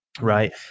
Right